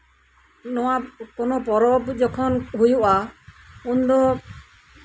ᱱᱚᱣᱟ ᱯᱚᱨᱚᱵᱽ ᱡᱚᱠᱷᱚᱱ ᱦᱩᱭᱩᱜᱼᱟ ᱩᱱᱫᱚ